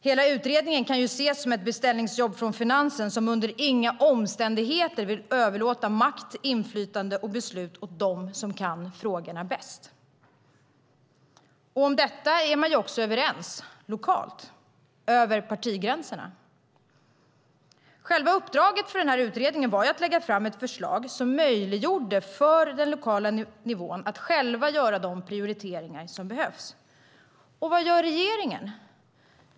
Hela utredningen kan ses som ett beställningsjobb från Finansen som under inga omständigheter vill överlåta makt, inflytande och beslut åt dem som kan frågorna bäst. Om detta är man också överens lokalt över partigränserna. Själva uppdraget för utredningen var att lägga fram ett förslag som möjliggjorde för den lokala nivån att själv göra de prioriteringar som behövs. Vad gör regeringen?